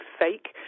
fake